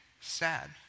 sad